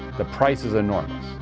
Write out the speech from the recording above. the price is enormous.